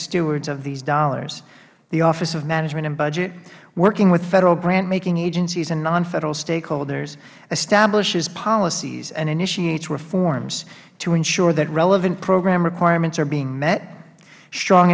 stewards of these dollars the office of management and budget working with federal grant making agencies and non federal stakeholders establishes policies and initiates reforms to ensure that relevant program requirements are being met that strong